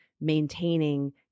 maintaining